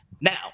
Now